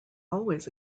always